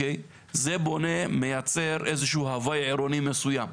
זה בונה, מייצר איזה שהוא הווי עירוני מסוים.